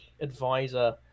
advisor